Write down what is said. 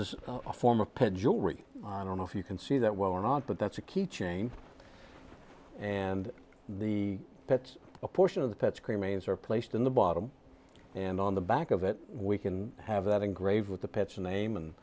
is a form of pet jewelry i don't know if you can see that well or not but that's a key chain and the pets a portion of that screen means are placed in the bottom and on the back of it we can have that engraved with the pet's name and